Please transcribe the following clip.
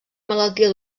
malaltia